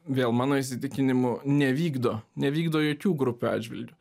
vėl mano įsitikinimu nevykdo nevykdo jokių grupių atžvilgiu